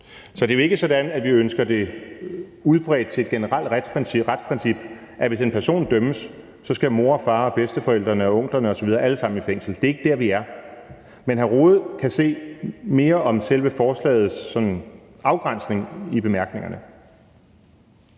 Så det er jo ikke sådan, at vi ønsker det udbredt til et generelt retsprincip, at hvis en person dømmes, skal mor og far, bedsteforældrene, onklerne osv. i fængsel. Det er ikke der, vi er. Men hr. Jens Rohde kan læse mere om selve forslagets afgrænsning i bemærkningerne